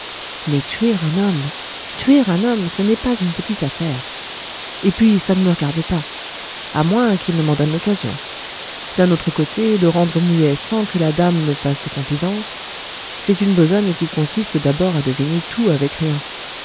mais tuer un homme tuer un homme ce n'est pas une petite affaire et puis ça ne me regarde pas à moins qu'il ne m'en donne l'occasion d'un autre côté le rendre muet sans que la dame me fasse de confidences c'est une besogne qui consiste d'abord à deviner tout avec rien